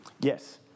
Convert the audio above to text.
Yes